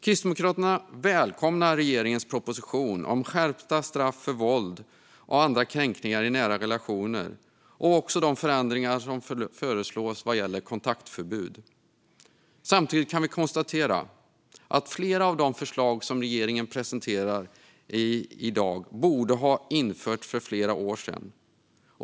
Kristdemokraterna välkomnar regeringens proposition om skärpta straff för våld och andra kränkningar i nära relationer. Kristdemokraterna välkomnar också de förändringar som föreslås vad gäller kontaktförbud. Samtidigt kan vi konstatera att flera av de förslag som regeringen presenterar i dag borde ha införts för flera år sedan.